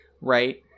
right